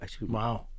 wow